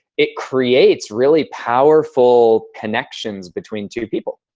it creates really powerful connections between two people.